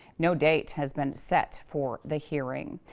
no date has been set for the hearing.